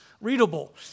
readable